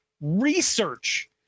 research